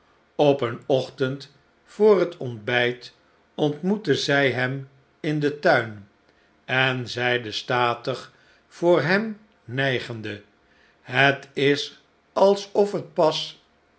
op een ochtend voor het ontbijt ontmoette zij hem in den tuin en zeide statig voor hem nijgende het is alsof het pas